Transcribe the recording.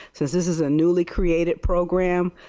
this this is newly created program.